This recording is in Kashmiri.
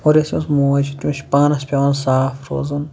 اور یُس أمِس موج چھِ تٔمِس چھِ پانس پٮ۪وان صاف روزُن